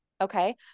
Okay